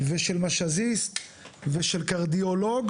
או של קרדיולוג